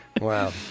Wow